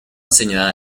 señora